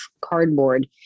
cardboard